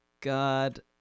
god